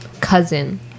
cousin